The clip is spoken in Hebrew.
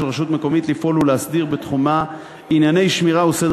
רשות מקומית לפעול ולהסדיר בתחומה ענייני שמירה וסדר